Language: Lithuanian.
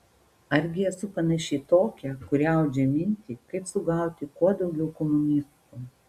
argi esu panaši į tokią kuri audžia mintį kaip sugauti kuo daugiau komunistų